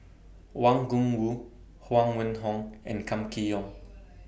Wang Gungwu Huang Wenhong and Kam Kee Yong